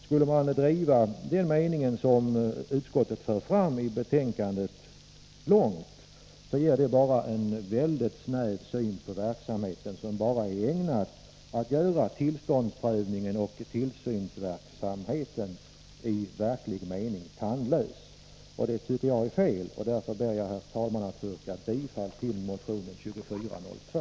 Skulle man driva den mening långt som utskottet för fram i betänkandet, ger det en mycket snäv syn på verksamheten, som bara är ägnad att göra tillståndsprövningen och tillsynsverksamheten i verklig mening tandlös. Det tycker jag är fel. Därför ber jag att få yrka bifall till motion 2402.